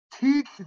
Teach